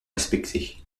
respecter